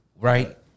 Right